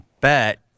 bet